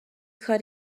کار